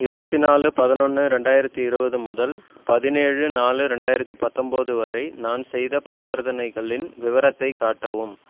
இருபத்தி நாலு பதினொன்று ரெண்டாயிரத்தி இருபது முதல் பதினேழு நாலு ரெண்டாயிரத்து பத்தொன்பது வரை நான் செய்த பரிவர்த்தனைகளின் விவரத்தை காட்டவும்